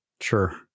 Sure